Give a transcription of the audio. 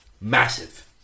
massive